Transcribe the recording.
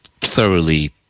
thoroughly